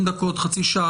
דומני שכולנו כאן